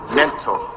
mental